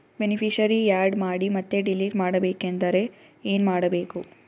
Beneficiary, add ಮಾಡಿ ಮತ್ತೆ delete ಮಾಡಬೇಕೆಂದರೆ ಏನ್ ಮಾಡಬೇಕು?